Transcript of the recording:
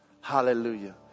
Hallelujah